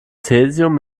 cäsium